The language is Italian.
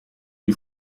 gli